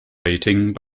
rating